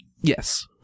Yes